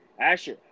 Asher